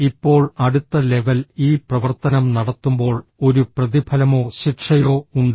ഇപ്പോൾ അടുത്ത ലെവൽ ഈ പ്രവർത്തനം നടത്തുമ്പോൾ ഒരു പ്രതിഫലമോ ശിക്ഷയോ ഉണ്ട്